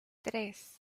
tres